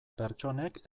pertsonek